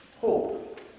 Hope